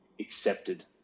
accepted